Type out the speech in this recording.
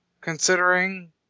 Considering